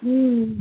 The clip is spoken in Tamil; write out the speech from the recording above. ம் ம்